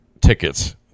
tickets